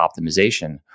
optimization